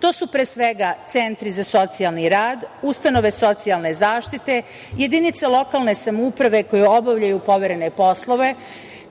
To su pre svega centri za socijalni rad, ustanove socijalne zaštite, jedinice lokalne samouprave koje obavljaju poverene poslove,